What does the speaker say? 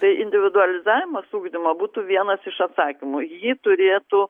tai individualizavimas ugdymo būtų vienas iš atsakymų į jį turėtų